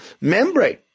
membrane